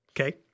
okay